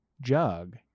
jug